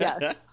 Yes